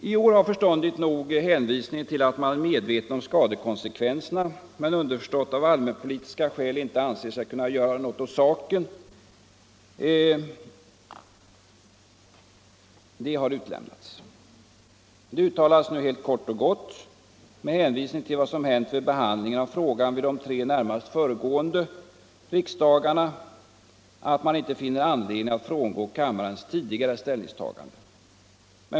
I år har förståndigt nog hänvisningen till att man är medveten om skadekonsekvenserna — men underförstått av allmänpolitiska skäl inte anser sig kunna göra något åt saken — utelämnats. Det uttalas nu helt kort och gott — med hänvisning till vad som hänt vid behandlingen av frågan vid de tre närmast föregående årens riksdagar — att man inte finner anledning att frångå kammarens tidigare ställningstagande.